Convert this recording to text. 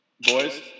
boys